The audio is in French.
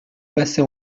passez